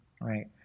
right